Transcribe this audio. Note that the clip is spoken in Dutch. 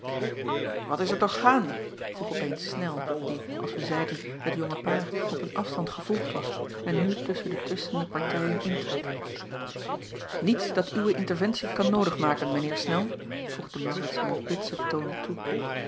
at is er toch gaande vroeg op eens nel die als wij zeiden het jonge paar op een afstand gevolgd was en nu tusschen de twistende partijen intrad iets dat uwe interventie kan noodig maken mijn eer nel voegde aurits hem op bitsen toon toe